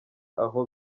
aho